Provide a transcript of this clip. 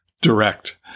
direct